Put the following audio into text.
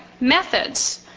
methods